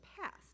past